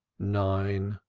nine!